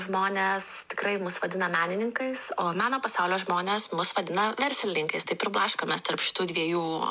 žmonės tikrai mus vadina menininkais o meno pasaulio žmonės mus vadina verslininkais taip ir blaškomės tarp šitų dviejų